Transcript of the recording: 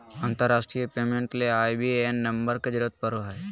अंतरराष्ट्रीय पेमेंट ले IBAN number के जरूरत पड़ो हय